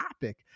topic